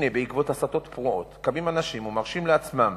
הנה בעקבות הסתות פרועות קמים אנשים ומרשים לעצמם